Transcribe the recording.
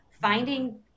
finding